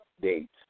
date